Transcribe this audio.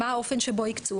מה האופן שבו הקצו?